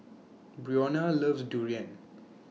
Brionna loves Durian